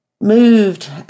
moved